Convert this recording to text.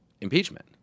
impeachment